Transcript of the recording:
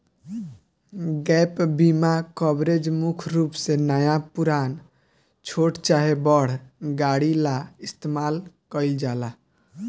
gap बीमा coverage मुख्य रूप से नया पुरान, छोट चाहे बड़ गाड़ी ला इस्तमाल कईल जाला